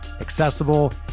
accessible